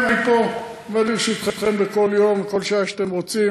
אני פה עומד לרשותכם בכל יום ובכל שעה שאתם רוצים.